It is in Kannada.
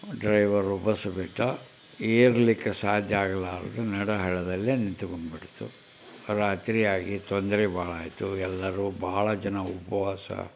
ಡ್ರೈವರು ಬಸ್ಸು ಬಿಟ್ಟು ಏರಲಿಕ್ಕೆ ಸಾಧ್ಯ ಆಗಲಾರದು ನಡು ಹಳ್ಳದಲ್ಲೇ ನಿಂತುಕೊಂಡ್ಬಿಡ್ತು ರಾತ್ರಿಯಾಗಿ ತೊಂದರೆ ಭಾಳ ಆಯಿತು ಎಲ್ಲರೂ ಭಾಳ ಜನ ಉಪವಾಸ